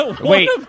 Wait